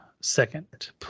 second